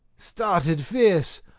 started fierce,